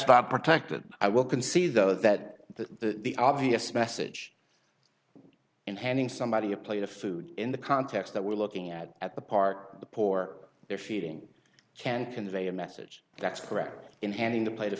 not protected i will concede though that the the obvious message and handing somebody a plate of food in the context that we're looking at at the park the poor they're feeding can convey a message that's correct in handing the pla